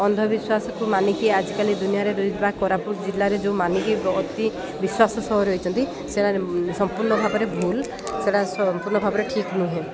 ଅନ୍ଧବିଶ୍ୱାସକୁ ମାନିକି ଆଜିକାଲି ଦୁନିଆରେ ରହିଥିବା କୋରାପୁଟ ଜିଲ୍ଲାରେ ଯେଉଁ ମାନିକି ଅତି ବିଶ୍ୱାସ ସହ ରହିଛନ୍ତି ସେଟା ସମ୍ପୂର୍ଣ୍ଣ ଭାବରେ ଭୁଲ ସେଟା ସମ୍ପୂର୍ଣ୍ଣ ଭାବରେ ଠିକ୍ ନୁହେଁ